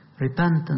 repentance